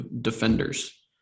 defenders